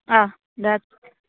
অঁ দে